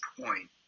point